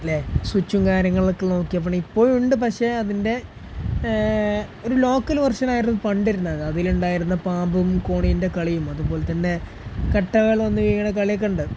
ഇല്ലെ സ്വിച്ചും കാര്യങ്ങളുമൊക്കെയുള്ള നോക്കിയ ഫോണ് ഇപ്പോഴുമുണ്ട് പക്ഷേ അതിൻ്റെ ഒരു ലോക്കൽ വർഷന് ആയിരുന്നു പണ്ടുണ്ടായിരുന്നത് അതിലുണ്ടായിരുന്ന പാമ്പും കോണിയുടെയും കളിയും അതുപോലെ തന്നെ കട്ടകള് വന്ന് വീഴുന്ന കളിയൊക്കെയുണ്ട്